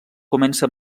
comença